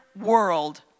world